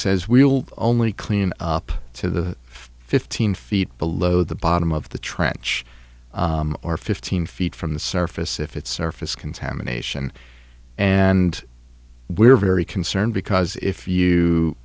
says we'll only clean up to fifteen feet below the bottom of the trench or fifteen feet from the surface if it's surface contamination and we're very concerned because if you